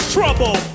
trouble